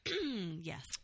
Yes